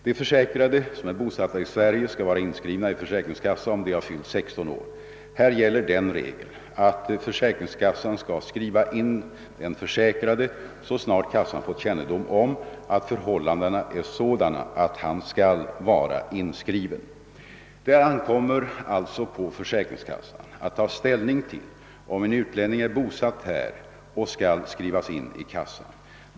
De försäkrade som är bosatta i Sverige skall vara inskrivna i försäkringskassa om de har fyllt 16 år. Här gäller den regeln att försäkringskassan skall skriva in den föräkrade, så snart kassan fått kännedom om att förhållandena är sådana att han skall vara inskriven. Det ankommer alltså på försäkringskassan att ta ställning till frågan om en utlänning är bosatt här och skall skrivas in i kassan.